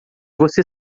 você